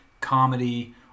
comedy